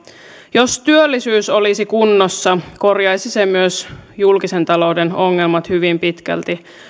jos työllisyys olisi kunnossa korjaisi se myös julkisen talouden ongelmat hyvin pitkälti